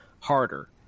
harder